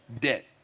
debt